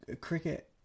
cricket